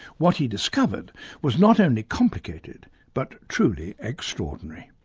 what he discovered was not only complicated but truly extraordinary.